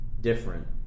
different